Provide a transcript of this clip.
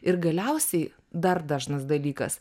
ir galiausiai dar dažnas dalykas